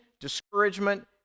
discouragement